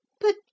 But